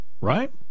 Right